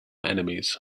enemies